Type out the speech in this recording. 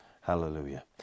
Hallelujah